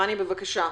רני, בבקשה.